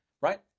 right